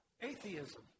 Atheism